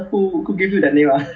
so one day right my friend wake up